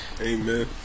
Amen